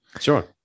Sure